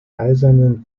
eisernen